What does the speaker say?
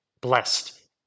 Blessed